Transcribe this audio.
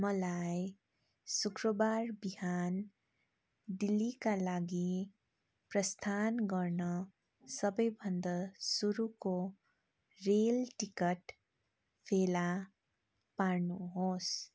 मलाई शुक्रबार बिहान दिल्लीका लागि प्रस्थान गर्ने सबैभन्दा सुरुको रेल टिकट फेला पार्नुहोस्